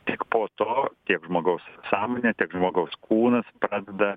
tik po to tiek žmogaus sąmonė tiek žmogaus kūnas pradeda